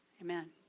Amen